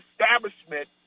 establishment